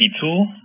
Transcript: tool